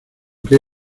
que